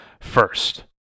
first